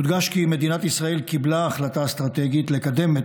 יודגש כי מדינת ישראל קיבלה החלטה אסטרטגית לקדם את